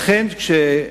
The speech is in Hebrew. לכן, כאשר